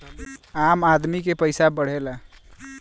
आम आदमी के पइसा बढ़ेला